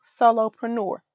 solopreneur